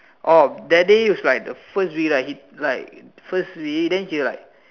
oh that day was like the first week right he like first day then he was like